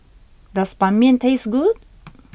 does Ban Mian taste good